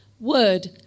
Word